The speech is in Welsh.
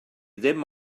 dim